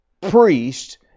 priest